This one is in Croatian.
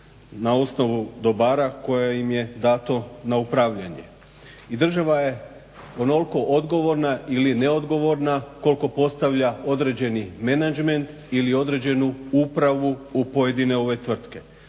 na osnovu dobara koja im je dato na upravljanje. I država je onoliko odgovorna ili neodgovorna koliko postavlja određeni menadžment ili određenu upravu u pojedine ove tvrtke.